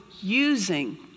using